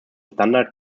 standard